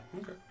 Okay